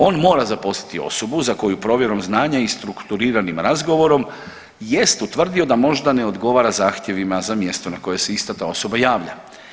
On mora zaposliti osobu za koju provjerom znanja i strukturiranim razgovorom jest utvrdio da možda ne odgovara zahtjevima za mjesto za koje se ista ta osoba javlja.